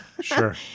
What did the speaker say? sure